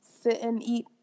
sit-and-eat